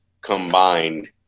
combined